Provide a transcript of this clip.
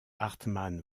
hartmann